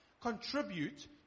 contribute